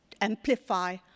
amplify